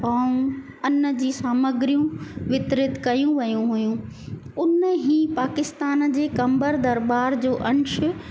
ऐं अन जी सामग्रीऊं वितरित कयूं वियूं हुयूं उन ई पाकिस्तान जे कंबर दरबार जो अंश